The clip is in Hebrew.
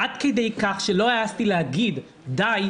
עד כדי כך שלא העזתי להגיד "די,